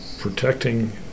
protecting